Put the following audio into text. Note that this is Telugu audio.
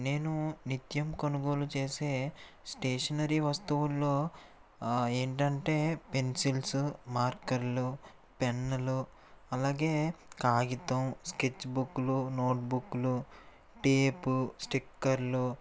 నేను నిత్యం కొనుగోలు చేసే స్టేషనరీ వస్తువులలో ఏంటంటే పెన్సిల్సు మార్కర్లు పెన్నులు అలాగే కాగితం స్కెచ్బుక్కులు నోట్బుక్కులు టేపు స్టిక్కర్లు